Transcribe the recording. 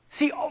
See